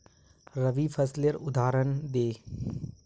रवि फसलेर उदहारण दे?